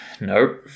Nope